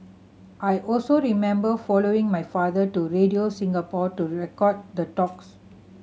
I also remember following my father to Radio Singapore to record the talks